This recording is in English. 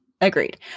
Agreed